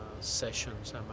sessions